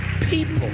people